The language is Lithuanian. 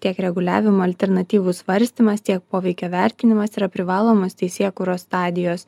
tiek reguliavimo alternatyvų svarstymas tiek poveikio vertinimas yra privalomos teisėkūros stadijos